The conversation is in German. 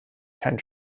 kein